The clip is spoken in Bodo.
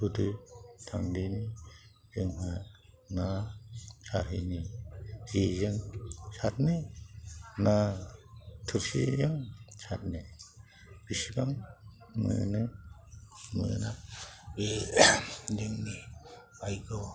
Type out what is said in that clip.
थुदो थांदिनि जोंहा ना सारहैनि जेजों सारनो ना थुरसिजों सारनो बेसेबां मोनो मोना बे जोंनि बायग'